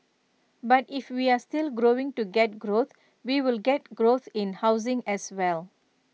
but if we are still going to get growth we will get growth in housing as well